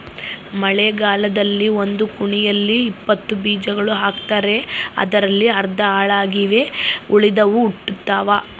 ಮಳೆಗಾಲದಲ್ಲಿ ಒಂದು ಕುಣಿಯಲ್ಲಿ ಇಪ್ಪತ್ತು ಬೀಜ ಹಾಕ್ತಾರೆ ಅದರಲ್ಲಿ ಅರ್ಧ ಹಾಳಾಗಿ ಉಳಿದವು ಹುಟ್ಟುತಾವ